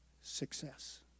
success